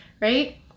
right